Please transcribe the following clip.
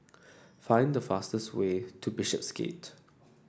find the fastest way to Bishopsgate